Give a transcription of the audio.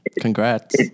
congrats